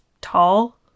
tall